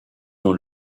dans